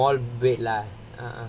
oh small bed lah